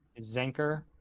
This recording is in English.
zinker